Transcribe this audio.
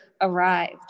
arrived